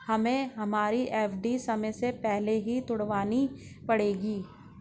हमें हमारी एफ.डी समय से पहले ही तुड़वानी पड़ेगी